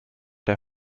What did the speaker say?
der